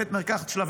בבית המרקחת שלה,